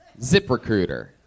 ZipRecruiter